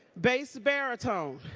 bass? baritone?